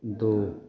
दू